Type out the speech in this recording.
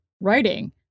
writing